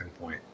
point